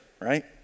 right